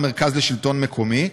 למרכז לשלטון מקומי,